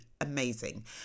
amazing